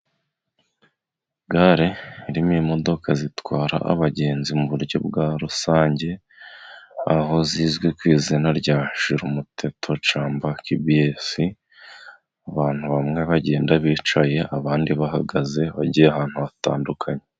Gare irimo imodoka zitwara abagenzi mu buryo bwa rusange, aho zizwi ku izina rya shirumuteto cyangwa kibiyesi, abantu bamwe bagenda bicaye abandi bahagaze, bagiye ahantu hatandukanye.